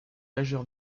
majeur